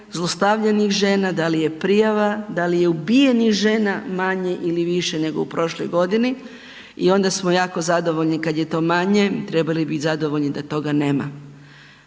zlostavljanih žena, da li je prijava, da li je ubijenih žena manje ili više nego u prošloj godini i onda smo jako zadovoljni kad je to manje, trebali bi bit zadovoljni da toga nema.